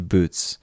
Boots